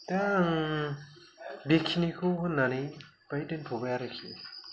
दा आं बेखिनिखौ होननानै बेहाय दोनथबाय आरोखि